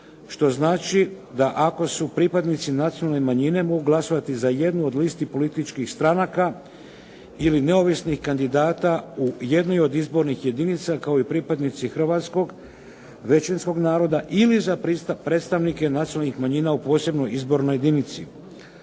što znači da ako su pripadnici nacionalne manjine mogu glasovati za jednu od listi političkih stranaka ili neovisnih kandidata u jednoj od izbornih jedinica kao i pripadnici hrvatskog većinskog naroda ili za predstavnike nacionalnih manjina u posebnoj izbornoj jedinici.